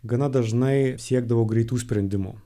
gana dažnai siekdavo greitų sprendimų